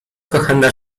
kochana